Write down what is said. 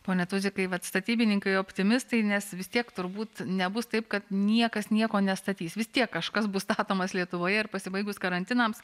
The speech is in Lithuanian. pone tuzikai vat statybininkai optimistai nes vis tiek turbūt nebus taip kad niekas nieko nestatys vis tiek kažkas bus statomas lietuvoje ir pasibaigus karantinams